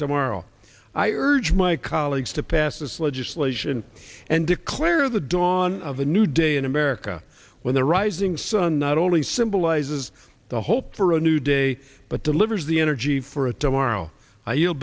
tomorrow i urge my colleagues to pass this legislation and declare the dawn of a new day in america when the rising sun not only symbolizes the hope for a new day but delivers the energy for a tomorrow i y